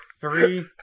three